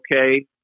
okay